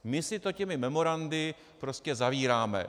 My si to těmi memorandy prostě zavíráme.